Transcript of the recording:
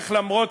העבודה.